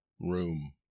room